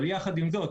אבל יחד עם זאת,